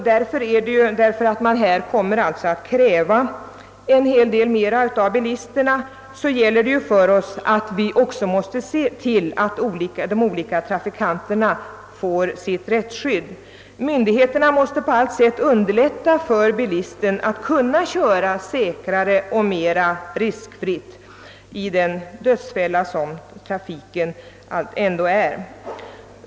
När man här kommer att kräva mera av bilisterna, gäller det för oss att se till att de olika trafikanterna får sitt rättsskydd. Myndigheterna måste på något sätt göra det lättare för bilisten att köra säkrare och mera riskfritt i den dödsfälla som trafiken utgör.